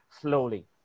slowly